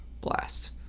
Blast